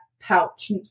pouch